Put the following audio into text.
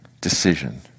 decision